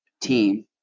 team